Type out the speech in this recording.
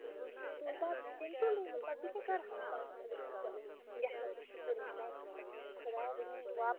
تُل بدلٕے تٔمۍ تُلٕے نہَٕ تہٕ بہٕ کیٛاہ کَرٕ ہاس پَتہٕ مےٚ دوٚپ وۅلہٕ چلو یَتھ منٛز تہِ شُکر یہِ چھُ میٛانہِ قٕسمَت تھوٚومُت خدایا بہٕ دِمَس سُہ واپَس